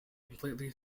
completely